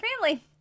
family